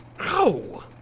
Ow